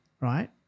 right